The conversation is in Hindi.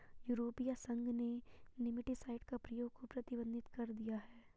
यूरोपीय संघ ने नेमेटीसाइड के प्रयोग को प्रतिबंधित कर दिया है